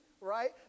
right